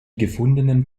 gefundenen